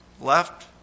left